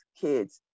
kids